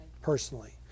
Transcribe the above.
personally